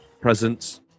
presence